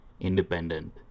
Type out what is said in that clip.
independent